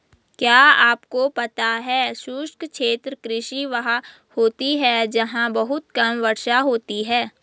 क्या आपको पता है शुष्क क्षेत्र कृषि वहाँ होती है जहाँ बहुत कम वर्षा होती है?